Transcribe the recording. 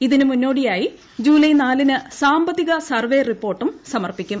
ഇതിനുമുന്നോടിയായി July നാലിന് സാമ്പത്തിക survey റിപ്പോർട്ടും സമർപ്പിക്കും